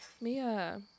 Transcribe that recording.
Mia